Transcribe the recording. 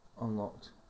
unlocked